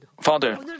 Father